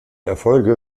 erfolge